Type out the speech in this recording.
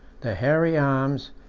the hairy arms,